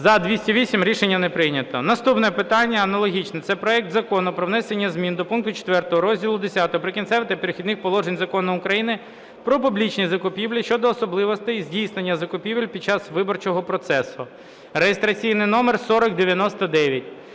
Рішення не прийнято. Наступне питання аналогічне. Це проект Закону про внесення зміни до пункту 4 Розділу X "Прикінцеві та Перехідні положення" Закону України "Про публічні закупівлі" щодо особливостей здійснення закупівель під час виборчого процесу (реєстраційний номер 4099).